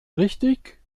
richtig